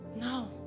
No